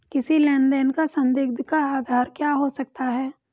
किसी लेन देन का संदिग्ध का आधार क्या हो सकता है?